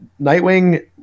nightwing